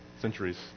centuries